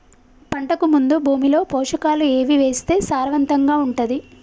పంటకు ముందు భూమిలో పోషకాలు ఏవి వేస్తే సారవంతంగా ఉంటది?